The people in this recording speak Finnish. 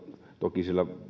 toki